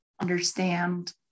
understand